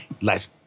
life